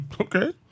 Okay